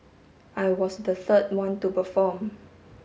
I was the third one to perform